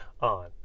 on